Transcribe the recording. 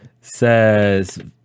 says